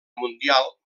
mundial